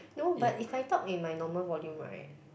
no but if I talk in my normal volume right